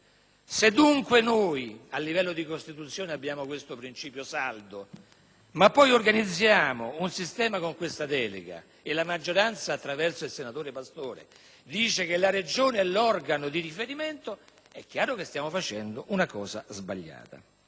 Se dunque noi a livello di Costituzione abbiamo questo principio saldo ma poi organizziamo un sistema con questa delega e la maggioranza, attraverso il senatore Pastore, dice che la Regione è l'organo di riferimento, è chiaro che stiamo facendo una cosa sbagliata.